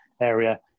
area